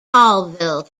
colville